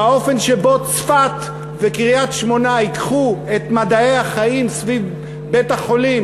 והאופן שבו צפת וקריית-שמונה ייקחו את מדעי החיים סביב בית-החולים